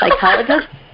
psychologist